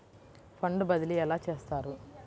Fund బదిలీ ఎలా చేస్తారు?